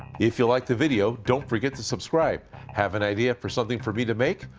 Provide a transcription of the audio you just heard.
if you like the video, don't forget to subscribe. have an idea for something for me to make?